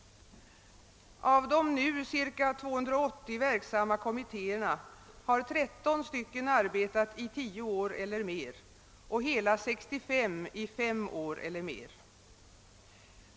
Av de ca 280 nu verksamma kommittéerna har 13 stycken arbetat i tio år eller mer, och hela 65 har arbetat i fem år eller mer.